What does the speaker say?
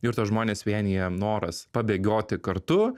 ir tuos žmones vienija noras pabėgioti kartu